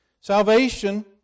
Salvation